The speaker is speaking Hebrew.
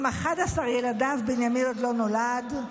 עם 11 ילדיו, בנימין עוד לא נולד,